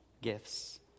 gifts